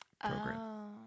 program